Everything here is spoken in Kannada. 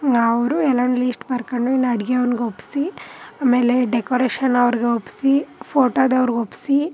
ಎಲ್ಲ ಲೀಸ್ಟ್ ಬರ್ಕೊಂಡು ಇನ್ನೂ ಅಡ್ಗೆಯವ್ನ್ಗೆ ಒಪ್ಪಿಸಿ ಆಮೇಲೆ ಡೆಕೋರೇಷನವ್ರ್ಗೆ ಒಪ್ಪಿಸಿ ಫೋಟೋದವ್ರ್ಗೆ ಒಪ್ಪಿಸಿ